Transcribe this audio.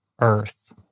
Earth